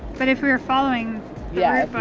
but if you're following yeah